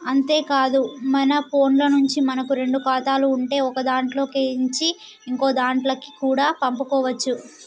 అంతేకాదు మన ఫోన్లో నుంచే మనకు రెండు ఖాతాలు ఉంటే ఒకదాంట్లో కేంచి ఇంకోదాంట్లకి కూడా పంపుకోవచ్చు